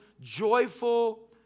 joyful